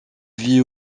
vit